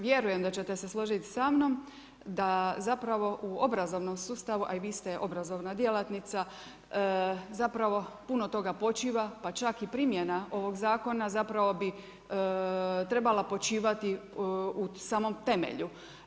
Vjerujem da ćete se složiti samnom da zapravo u obrazovnom sustavu a i vi ste obrazovna djelatnica zapravo puno toga počiva pa čak i primjena ovog zakona zapravo bi trebala počivati u samom temelju.